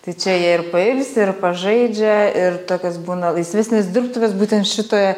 tai čia jie ir pailsi ir pažaidžia ir tokios būna laisvesnės dirbtuvės būtent šitoj